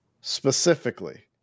specifically